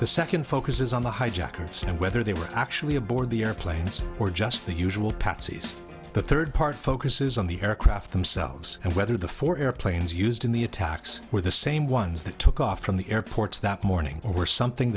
the second focuses on the hijackers and whether they were actually aboard the airplanes or just the usual patsies the third part focuses on the aircraft themselves and whether the four airplanes used in the attacks were the same ones that took off from the airports that morning or were something